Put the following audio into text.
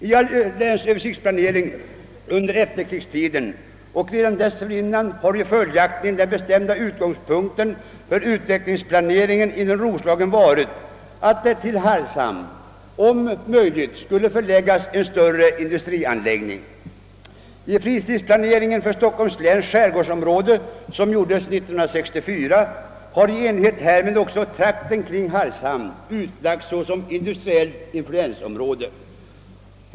I all länsöversiktsplanering för utvecklingen inom Roslagen under efterkrigstiden och redan dessförinnan har följaktligen den bestämda utgångspunkten varit, att till Hargshamn om möjligt skulle förläggas en större industri. I fritidsplaneringen för Stockholms läns skärgårdsområde av år 1964 har i enlighet härmed trakten kring Hargshamns utlagts såsom industriellt influensområde.